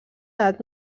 edat